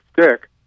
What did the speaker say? stick